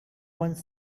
one